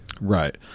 Right